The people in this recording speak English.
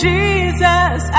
Jesus